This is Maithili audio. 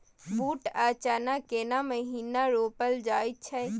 बूट आ चना केना महिना रोपल जाय छै?